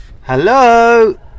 Hello